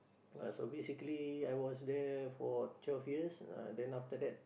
ah so basically I was there for twelve years ah then after that